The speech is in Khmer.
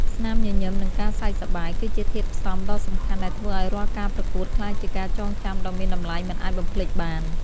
ស្នាមញញឹម និងការសើចសប្បាយ គឺជាធាតុផ្សំដ៏សំខាន់ដែលធ្វើឱ្យរាល់ការប្រកួតក្លាយជាការចងចាំដ៏មានតម្លៃមិនអាចបំភ្លេចបាន។